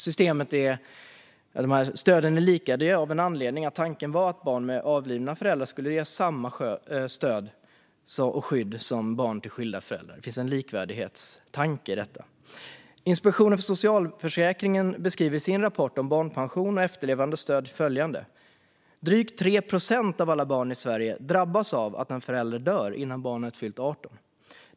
Stöden är lika varandra av en anledning: Tanken var att barn med avlidna föräldrar skulle ges samma stöd och skydd som barn till skilda föräldrar. Det finns alltså en likvärdighetstanke bakom detta. Inspektionen för socialförsäkringen beskriver i sin rapport om barnpension och efterlevandestöd följande: Drygt 3 procent av alla barn i Sverige drabbas av att en förälder dör innan barnet fyllt 18 år.